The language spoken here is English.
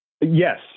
Yes